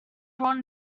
brought